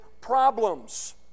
problems